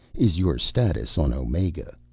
is your status on omega.